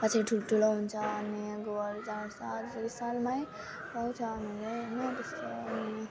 पछि ठुल्ठुलो हुन्छ अनि गुवाहरू चार साल छ सालमै पाउँछ हामीले होइन त्यस्तो अनि